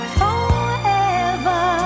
forever